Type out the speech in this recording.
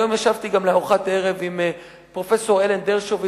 היום ישבתי גם לארוחת ערב עם פרופסור אלן דרשוביץ,